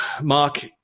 Mark